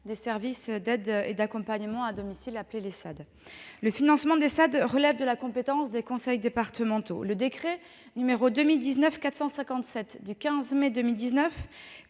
des services d'aide et d'accompagnement à domicile (SAAD). Le financement des SAAD relève de la compétence des conseils départementaux. Le décret n° 2019-457 du 15 mai 2019,